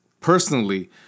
personally